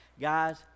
Guys